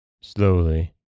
Slowly